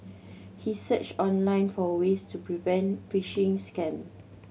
he searched online for ways to prevent phishing scam